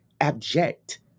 abject